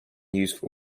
useful